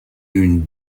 une